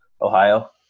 Ohio